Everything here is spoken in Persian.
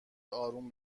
اروم